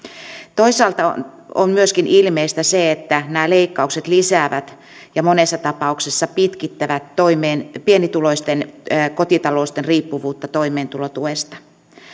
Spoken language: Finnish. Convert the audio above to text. toisaalta on on myöskin ilmeistä se että nämä leikkaukset lisäävät ja monessa tapauksessa pitkittävät pienituloisten kotitalouksien riippuvuutta toimeentulotuesta